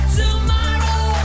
tomorrow